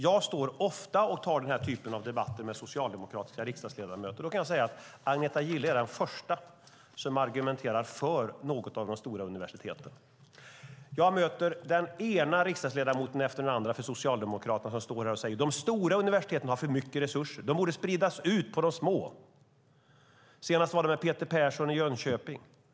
Jag tar ofta den här typen av debatter med socialdemokratiska riksdagsledamöter, och jag kan säga att Agneta Gille är den första som argumenterar för något av de stora universiteten. Jag möter den ena socialdemokratiska riksdagsledamoten efter den andra som står här och säger att de stora universiteten har för mycket resurser och att de borde spridas ut på de små högskolorna. Senast var det väl Peter Persson i Jönköping som sade det.